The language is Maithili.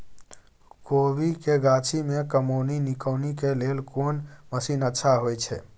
कोबी के गाछी में कमोनी निकौनी के लेल कोन मसीन अच्छा होय छै?